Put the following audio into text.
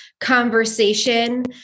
conversation